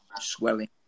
swelling